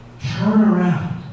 turnaround